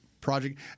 project